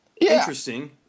interesting